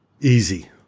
easy